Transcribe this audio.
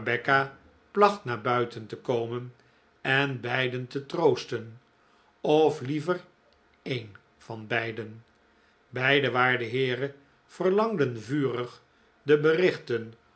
placht naar buiten te komen en beiden te troosten of liever een van beiden beide waarde heeren veriangden vurig de berichten